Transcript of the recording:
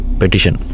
petition